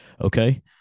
Okay